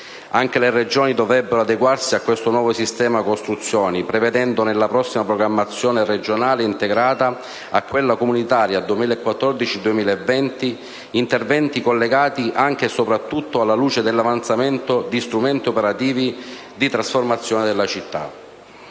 Anche le Regioni dovrebbero adeguarsi a questo nuovo sistema costruzioni prevedendo, nella prossima programmazione regionale integrata a quella comunitaria 2014-2020, interventi collegati anche e soprattutto alla luce dell'avanzamento di strumenti operativi di trasformazione delle città.